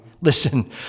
Listen